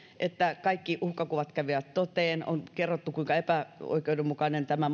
että kaikki uhkakuvat kävivät toteen on kerrottu kuinka epäoikeudenmukainen tämä